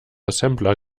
assembler